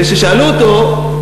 וכששאלו אותו: